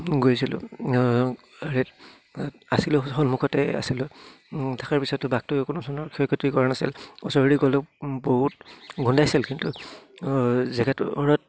গৈছিলোঁ হেৰিত আছিলোঁ সন্মুখতে আছিলোঁ তাৰ পিছতো বাঘটোৱেও কোনো ধৰণৰ ক্ষয়ক্ষতি কৰা নাছিল ওচৰেদি গ'লেও বহুত গোন্ধাইছিল কিন্তু জেগাবোৰত